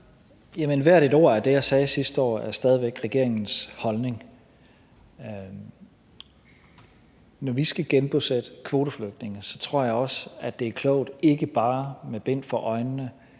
hvert et ord af det, jeg sagde sidste år, er stadig væk regeringens holdning. Når vi skal genbosætte kvoteflygtninge, tror jeg også, at det er klogt ikke bare med bind for øjnene